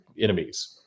enemies